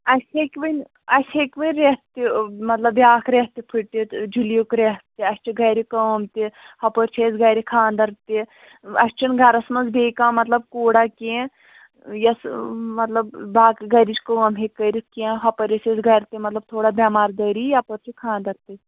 اَسہِ ہیٚکہِ وۅنۍ اَسہِ ہیٚکہِ وۅنۍ رٮ۪تھ تہِ مطلب بَیٚاکھ رٮ۪تھ تہِ پھُٹِتھ جُلیُک رٮ۪تھ تہِ اَسہِ چھُ گَرِ کٲم تہِ ہپٲرۍ چھِ أسۍ گرِ خانٛدر تہِ اَسہِ چھُنہٕ گَرَس منٛز بیٚیہِ کانٛہہ مطلب کوٗرا کیٚنٛہہ یۄس مطلب باقٕے گَرِچ کٲم ہیٚکہِ کٔرِتھ کیٚنٛہہ ہُپٲرۍ ٲسۍ أسۍ گَرِ تہِ مطلب تھوڑا بٮ۪مار دٲری یَپٲرۍ چھِ خانٛدَر تہِ